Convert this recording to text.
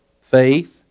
faith